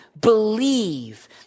believe